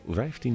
15